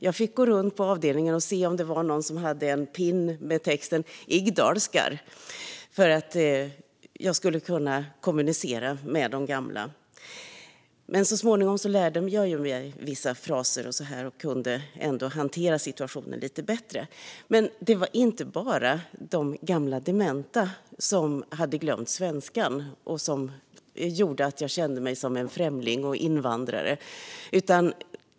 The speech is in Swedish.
Jag fick gå runt på avdelningen för att se om någon hade en pin med texten: Ig dalskar. Detta för att jag skulle kunna kommunicera med de gamla. Men så småningom lärde jag mig vissa fraser och kunde hantera situationen lite bättre. Men det var inte bara de gamla och dementa som hade glömt svenskan som gjorde att jag kände mig som en främling och invandrare.